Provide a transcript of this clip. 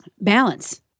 balance